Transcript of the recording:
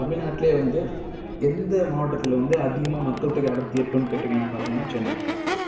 தமிழ்நாட்டிலேயே வந்து எந்த மாவட்டத்தில் வந்து அதிகமாக மக்கள் தொகை அடர்த்தி இருக்குதுனு கேட்டிங்கன்னா பார்த்திங்கன்னா சென்னை